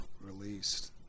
released